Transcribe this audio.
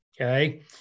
okay